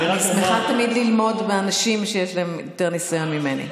אני שמחה תמיד ללמוד מאנשים שיש להם יותר ניסיון ממני.